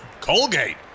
Colgate